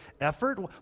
effort